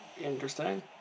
Interesting